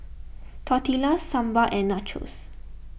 Tortillas Sambar and Nachos